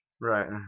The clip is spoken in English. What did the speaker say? Right